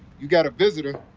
you got a visitor.